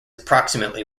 approximately